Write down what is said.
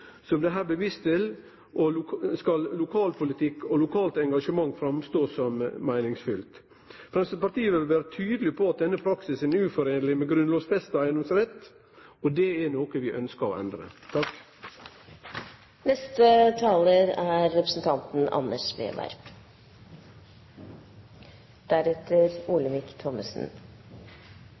som det her blir vist til, dersom lokalpolitikk og lokalt engasjement skal framstå som meiningsfylt. Framstegspartiet vil vere tydeleg på at denne praksisen er i strid med den grunnlovsfesta eigedomsretten, og det er noko vi ønskjer å endre. Det er